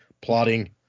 plotting